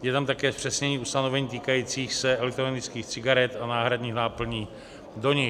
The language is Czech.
Je tam také zpřesnění ustanovení týkajících se elektronických cigaret a náhradních náplní do nich.